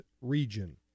region